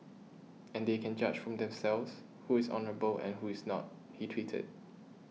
and they can judge for themselves who is honourable and who is not he tweeted